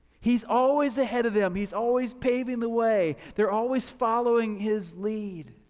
he's always ahead of them, he's always paving the way, they're always following his lead.